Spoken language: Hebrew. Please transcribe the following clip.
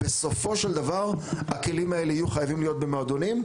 בסופו של דבר הכלים האלה יהיו חייבים להיות במועדונים,